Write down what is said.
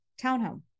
townhome